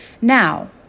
now